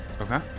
okay